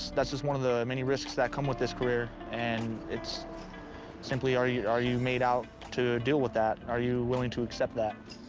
that's just one of the many risks that come with this career and it simply are you are you made out to deal with that. are you willing to accept that.